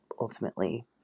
ultimately